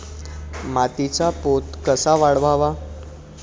मातीचा पोत कसा वाढवावा?